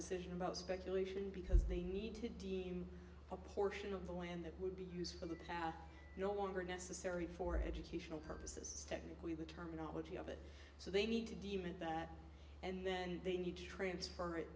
decision about speculation because they need to deem a portion of the land that would be used for the power no longer necessary for educational purposes technically the terminology of it so they need to deal with that and then they need to transfer it